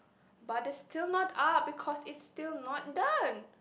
but is still not up because it's still not done